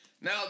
Now